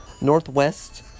northwest